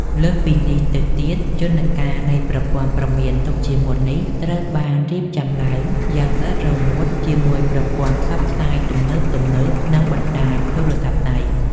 លើសពីនេះទៅទៀត យន្តការនៃប្រព័ន្ធព្រមានទុកជាមុននេះ ត្រូវបានរៀបចំឡើងយ៉ាងស្អិតរមួតជាមួយប្រព័ន្ធផ្សព្វផ្សាយទំនើបៗ និងបណ្តាញទូរស័ព្ទដៃ។